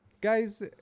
Guys